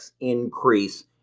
increase